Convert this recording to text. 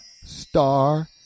star